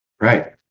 right